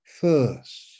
first